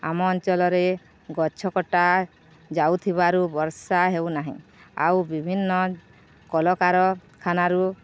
ଆମ ଅଞ୍ଚଲରେ ଗଛ କଟା ଯାଉଥିବାରୁ ବର୍ଷା ହେଉନାହିଁ ଆଉ ବିଭିନ୍ନ କଳକାରଖାନାରୁ